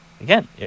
again